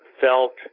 felt